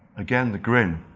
again the grin.